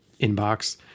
inbox